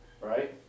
right